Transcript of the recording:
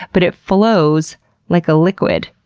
but it flows like a liquid.